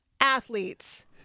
athletes